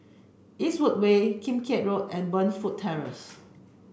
Eastwood Way Kim Keat Road and Burnfoot Terrace